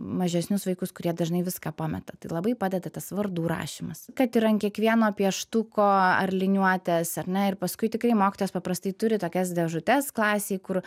mažesnius vaikus kurie dažnai viską pameta tai labai padeda tas vardų rašymas kad yra ant kiekvieno pieštuko ar liniuotės ar ne ir paskui tikrai mokytojos paprastai turi tokias dėžutes klasei kur